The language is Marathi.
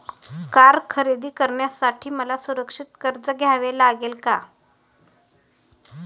कार खरेदी करण्यासाठी मला सुरक्षित कर्ज घ्यावे लागेल का?